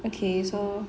okay so